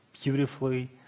beautifully